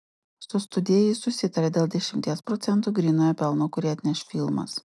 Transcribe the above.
su studija jis susitarė dėl dešimties procentų grynojo pelno kurį atneš filmas